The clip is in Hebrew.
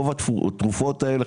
רוב התרופות האלה,